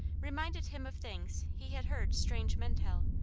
reminded him of things he had heard strange men tell,